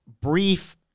brief